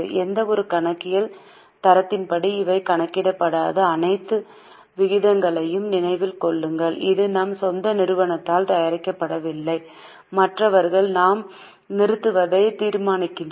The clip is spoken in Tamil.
எந்தவொரு கணக்கியல் தரத்தின்படி இவை கணக்கிடப்படாத அனைத்து விகிதங்களையும் நினைவில் கொள்ளுங்கள் இது நம் சொந்த நிறுவனத்தால் தயாரிக்கப்படவில்லை மற்றவர்கள் நம் நிறுவனத்தை தீர்மானிக்கின்றனர்